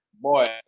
boy